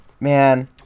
Man